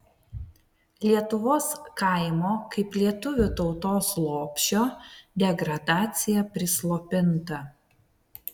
lietuvos kaimo kaip lietuvių tautos lopšio degradacija prislopinta